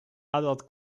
adult